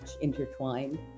intertwined